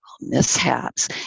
mishaps